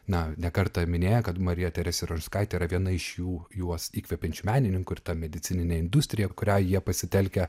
na ne kartą minėję kad marija teresė rožanskaitė yra viena iš jų juos įkvepiančių menininkų ir ta medicininė industrija kurią jie pasitelkia